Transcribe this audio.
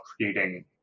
creating